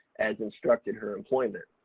as instructed her employment.